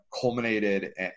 culminated